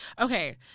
okay